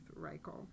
Reichel